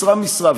משרה-משרה,